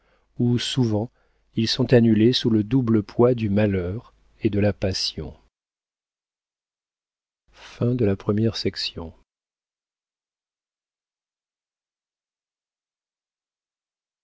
où souvent ils sont annulés sous le double poids du malheur et de la passion